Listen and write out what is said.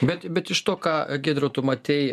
bet bet iš to ką giedriau tu matei